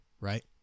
right